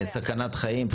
סכנת חיים,